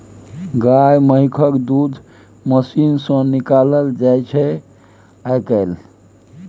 गाए महिषक दूध मशीन सँ निकालल जाइ छै आइ काल्हि